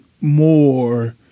more